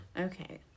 Okay